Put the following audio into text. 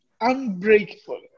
unbreakable